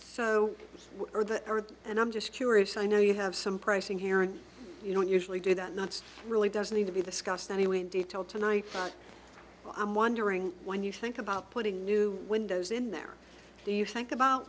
so are the earth and i'm just curious i know you have some pricing here and you don't usually do that not really doesn't need to be discussed anyway in detail tonight but i'm wondering when you think about putting new windows in there do you think about